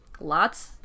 lots